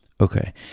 okay